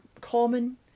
common